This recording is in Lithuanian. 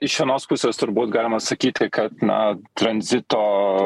iš vienos pusės turbūt galima sakyti kad na tranzito